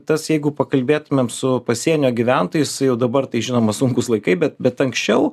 tas jeigu pakalbėtumėm su pasienio gyventojais jisai jau dabar tai žinoma sunkūs laikai bet bet anksčiau